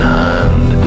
hand